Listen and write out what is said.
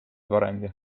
varemgi